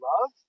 love